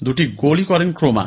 দুটি গোলই করেন ক্রোমা